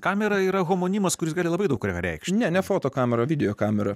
kamera yra homonimas kuris gali labai daug reikšti ne ne foto kamera videokamera